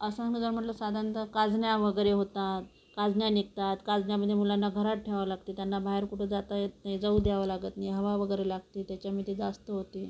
असा मला म्हटलं साधारणतः कांजण्या वगैरे होतात कांजण्या निघतात कांजण्यांमधे मुलांना घरात ठेवावं लागते त्यांना बाहेर कुठं जाता येत नाही जाऊ द्यावं लागत नाही हवा वगैरे लागते त्याच्यामुळे ते जास्त होते